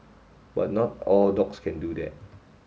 but not all dogs can do that